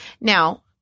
Now